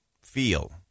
feel